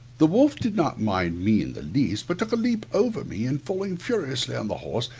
the wolf did not mind me in the least, but took a leap over me, and falling furiously on the horse,